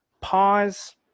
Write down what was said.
pause